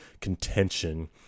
contention